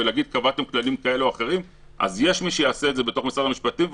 יש מי שיעשה את זה במשרד המשפטים,